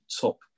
top